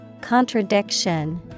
Contradiction